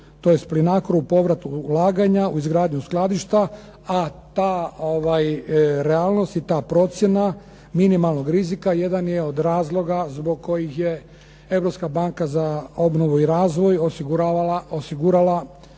tj. Plinacru povrat ulaganja u izgradnju skladišta a ta realnost i ta procjena minimalnog rizika jedan je od razloga zbog kojih je Europska banka za obnovu i razvoj osigurala